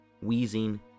wheezing